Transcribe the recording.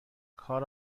کار